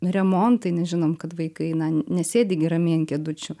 remontai nes žinom kad vaikai nesėdi gi ramiai an kėdučių